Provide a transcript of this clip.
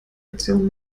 aktion